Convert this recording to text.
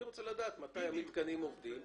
אני רוצה לדעת מתי המתקנים עובדים.